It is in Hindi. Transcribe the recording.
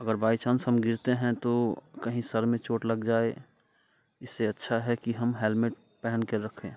अगर बाइ चांस हम गिरते हैं तो कहीं सर में चोट लग जाए इससे अच्छा है कि हम हैलमेट पहनके रखें